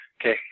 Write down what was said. Okay